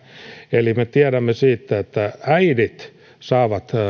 eli me tiedämme siitä että äidit saavat